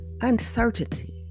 uncertainty